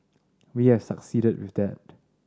we have succeeded with that